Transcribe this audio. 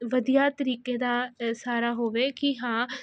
ਵਧੀਆ ਤਰੀਕੇ ਦਾ ਸਾਰਾ ਹੋਵੇ ਕੀ ਹਾਂ